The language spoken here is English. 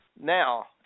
now